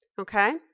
Okay